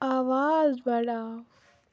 آواز بَڑاو